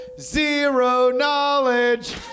zero-knowledge